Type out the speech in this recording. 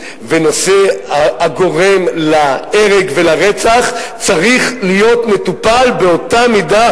ונושא הגורם להרג ולרצח צריך להיות מטופל באתה מידה,